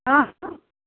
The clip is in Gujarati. હં હં